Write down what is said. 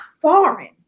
foreign